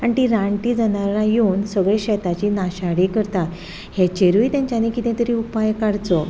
आनी तीं रानटी जनावरां येवन सगल्या शेताची नाशाडी करता हेचेरूय तेच्यांनी किदें तरी उपाय काडचो